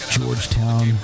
Georgetown